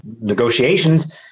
negotiations